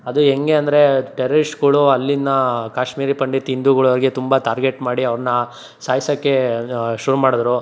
ಅದು ಹೆಂಗೆ ಅಂದರೆ ಟೆರರಿಸ್ಟ್ಗಳು ಅಲ್ಲಿನ ಕಾಶ್ಮೀರಿ ಪಂಡಿತ್ ಹಿಂದೂಗುಳವ್ರಿಗೆ ತುಂಬ ಟಾರ್ಗೆಟ್ ಮಾಡಿ ಅವ್ರುನ್ನ ಸಾಯ್ಸೋಕ್ಕೆ ಶುರು ಮಾಡಿದ್ರು